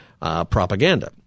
propaganda